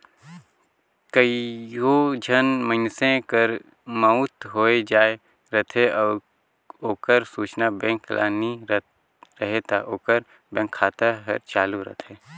कइयो झन मइनसे कर मउत होए जाए रहथे अउ ओकर सूचना बेंक ल नी रहें ता ओकर बेंक खाता हर चालू रहथे